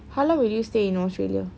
how long will you stay in australia